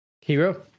Hero